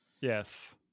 Yes